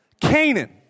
Canaan